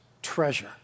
treasure